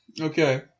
Okay